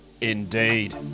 indeed